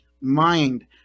mind